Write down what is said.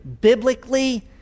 biblically